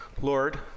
Lord